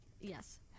Yes